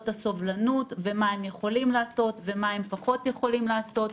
את הסובלנות ומה הם יכולים לעשות ומה הם פחות יכולים לעשות.